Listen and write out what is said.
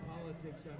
politics